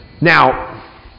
Now